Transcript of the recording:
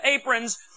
aprons